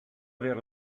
aver